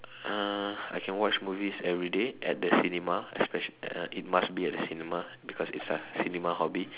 uh I can watch movies everyday at the cinema especial~ uh it must be at the cinema because it's a cinema hobby